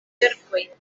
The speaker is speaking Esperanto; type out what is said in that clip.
verkoj